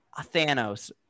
Thanos